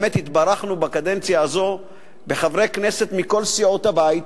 באמת התברכנו בקדנציה הזאת בחברי כנסת מכל סיעות הבית,